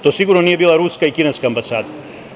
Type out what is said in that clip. To sigurno nije bila ruska i kineska ambasada.